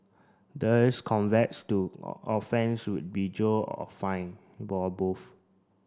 those offence would be jailed or fined or both